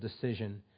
decision